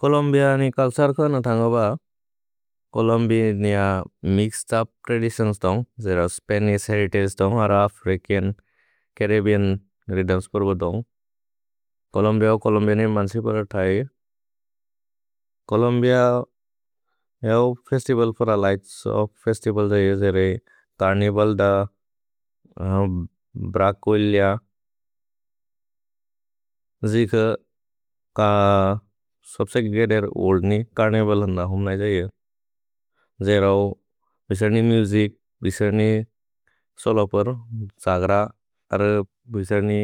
Colombia नि culture क नथन्ग ब। छोलोम्बिअ नि मिक्सेद् उप् त्रदितिओन्स् दम् जेर स्पनिश् हेरितगे दम् अरफ्रिचन्। छरिब्बेअन् र्ह्य्थ्म्स् परु दम्। छोलोम्बिअ वो चोलोम्बिअन् नि मन्सि परु थै चोलोम्बिअ एवो फेस्तिवल् पर लिघ्त्स्। एवो फेस्तिवल् जरे चर्निवल् द। भ्रचोएलिअ जिख क सब्सेक् गेधेर् ओल्द् नि। छर्निवल् हन्द हुम्ल जये जेरौ विसर् नि मुसिच्। विसर् नि सोलोपेर् सग्र, अर विसर् नि